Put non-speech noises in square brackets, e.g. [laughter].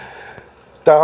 tämä [unintelligible]